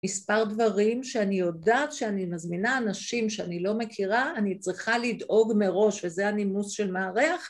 מספר דברים שאני יודעת שאני מזמינה אנשים שאני לא מכירה, אני צריכה לדאוג מראש, וזה הנימוס של מארח